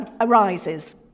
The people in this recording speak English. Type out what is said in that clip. arises